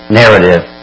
narrative